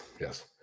Yes